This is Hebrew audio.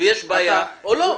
אם יש בעיה או לא.